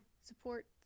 Support